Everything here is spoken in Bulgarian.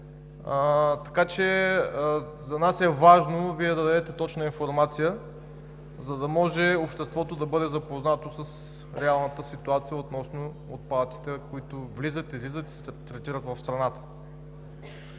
така че за нас е важно Вие да дадете точна информация, за да може обществото да бъде запознато с реалната ситуация относно отпадъците, които влизат, излизат и се третират в страната.